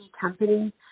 company